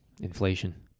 Inflation